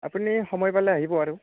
আপুনি সময় পালে আহিব আৰু